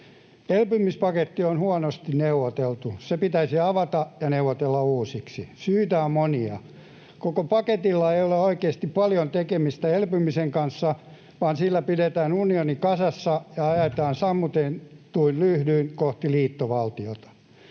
Elpymispaketti on huonosti neuvoteltu. Se pitäisi avata ja neuvotella uusiksi. Syitä on monia. Koko paketilla ei ole oikeasti paljon tekemistä elpymisen kanssa, vaan sillä pidetään unioni kasassa ja ajetaan sammutetuin lyhdyin kohti liittovaltiota.